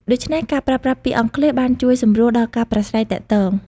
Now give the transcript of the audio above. ដូច្នេះការប្រើប្រាស់ពាក្យអង់គ្លេសបានជួយសម្រួលដល់ការប្រាស្រ័យទាក់ទង។